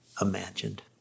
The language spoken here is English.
imagined